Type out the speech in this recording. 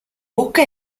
bocca